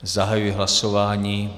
Zahajuji hlasování.